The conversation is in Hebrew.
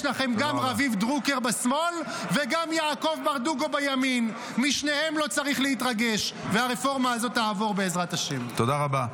לך ------ בוודאי,